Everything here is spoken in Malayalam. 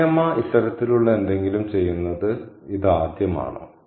നാണി അമ്മ ഇത്തരത്തിലുള്ള എന്തെങ്കിലും ചെയ്യുന്നത് ഇതാദ്യമാണോ